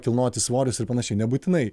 kilnoti svorius ir panašiai nebūtinai